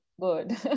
good